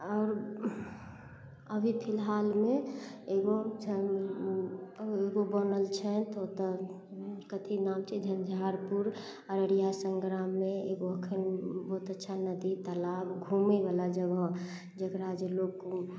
आओर अभी फिलहालमे एगो एगो बनल छै ओतऽ कथी नाम छै झंझारपुर अररिया संग्राममे एगो अखन बहुत अच्छा नदी तालाब घूमय बला जगह जेकरा जे लोक